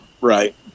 Right